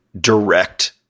direct